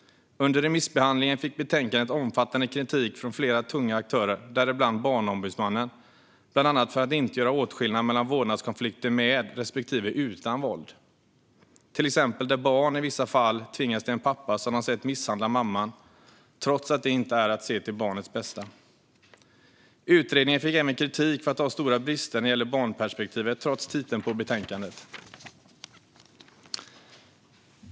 Under remissbehandlingen fick betänkandet omfattande kritik från flera tunga aktörer, däribland Barnombudsmannen, för att bland annat inte göra åtskillnad mellan vårdnadskonflikter med respektive utan våld. I vissa fall har barn tvingats till en pappa som de har sett misshandla mamman, trots att det inte är att se till barnets bästa. Utredningen fick även kritik för att ha stora brister när det gäller barnperspektivet, trots titeln på betänkandet.